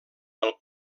del